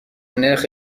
نرخ